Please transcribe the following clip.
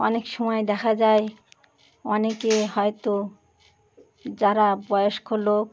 অনেক সময় দেখা যায় অনেকে হয়তো যারা বয়স্ক লোক